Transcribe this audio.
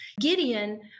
Gideon